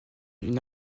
une